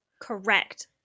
Correct